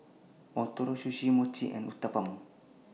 Ootoro Sushi Mochi and Uthapam